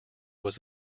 was